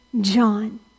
John